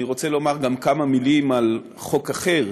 אני רוצה לומר גם כמה מילים על חוק אחר